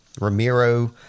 Ramiro